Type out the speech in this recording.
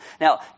Now